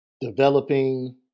developing